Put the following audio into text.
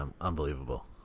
unbelievable